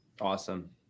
Awesome